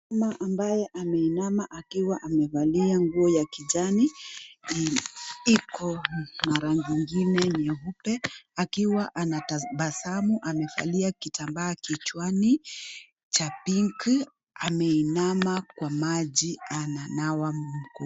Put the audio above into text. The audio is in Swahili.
Mama ambaye ameinama akiwa amevalia nguo ya kijani iko na rangi ingine nyeupe akiwa ana tabasamu amevalia kitambaa kichwani. Amevalia kitambaa kichwani ameinama kwa maji ananawa mkono.